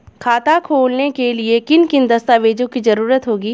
खाता खोलने के लिए किन किन दस्तावेजों की जरूरत होगी?